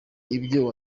ibyo